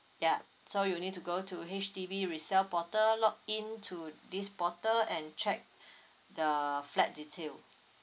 yup so you need to go to H_D_B resale portal log in to this portal and check the flat detail